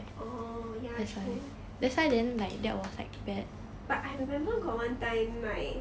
oh ya true but I remember got one time my